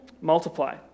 Multiply